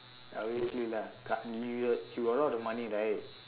obviously lah கா~:kaa~ you got you got a lot of money right